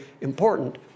important